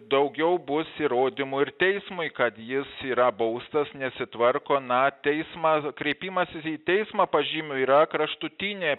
daugiau bus įrodymų ir teismui kad jis yra baustas nesitvarko na teismą kreipimasis į teismą pažymiu yra kraštutinė